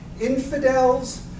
Infidels